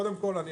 קודם כל,